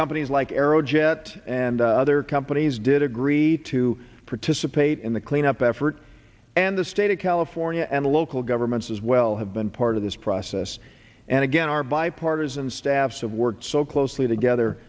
companies like aerojet and other companies did agree to participate in the cleanup effort and the state of california and local governments as well have been part of this process and again our bipartisan staffs have worked so closely together